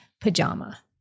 pajama